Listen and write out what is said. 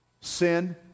sin